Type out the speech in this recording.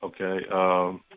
okay